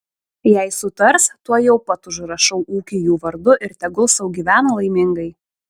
jei sutars tuojau pat užrašau ūkį jų vardu ir tegul sau gyvena laimingai